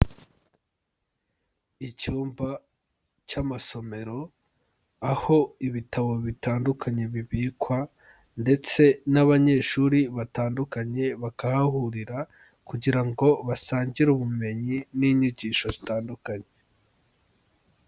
Icyumba cy'amasomero aho ibitabo bitandukanye bibikwa ndetse n'abanyeshuri batandukanye bakahahurira kugira ngo basangire ubumenyi n'inyigisho zitandukanye.